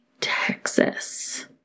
Texas